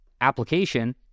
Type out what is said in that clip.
application